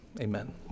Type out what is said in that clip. Amen